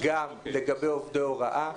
גם לגבי עובדי הוראה.